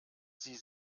sie